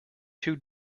two